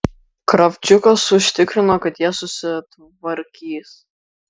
kravčiukas užtikrino kad jie susitvarkys